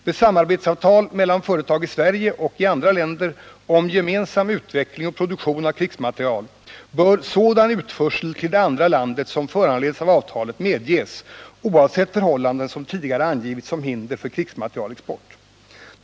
Vid samarbetsavtal mellan företag i Sverige och i andra länder om gemensam utveckling och produktion av krigsmateriel bör sådan utförsel till det andra landet som föranleds av avtalet medges oavsett förhållanden som tidigare angivits som hinder för krigsmaterielexport.